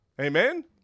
Amen